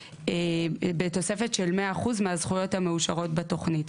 בתוספת של 100% מהזכויות המאושרות בתוכנית,